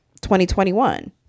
2021